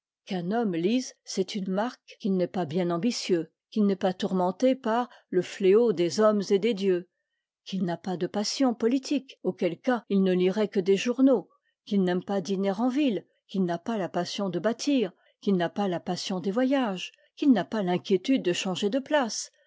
qu'un homme lise c'est une marque qu'il n'est pas bien ambitieux qu'il n'est pas tourmenté par le fléau des hommes et des dieux qu'il n'a pas de passions politiques auquel cas il ne lirait que des journaux qu'il n'aime pas dîner en ville qu'il n'a pas la passion de bâtir qu'il n'a pas la passion des voyages qu'il n'a pas l'inquiétude de changer de place